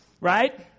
right